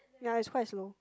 ya it's quite slow